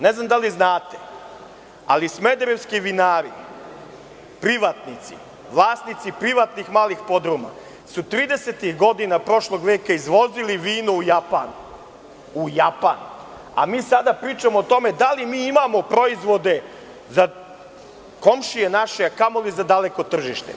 Ne znam da li znate, ali smederevski vinari, privatnici, vlasnici malih privatnih podruma su tridesetih godina prošlog veka izvozili vino u Japan, a mi sada pričamo o tome da li mi imamo proizvode za komšije naše, a kamoli za dalek tržište.